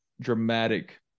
dramatic